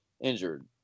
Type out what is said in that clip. injured